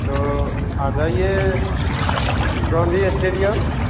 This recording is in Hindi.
तो आ जाइए गांधी स्टेडियम